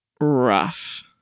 rough